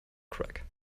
crack